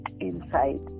inside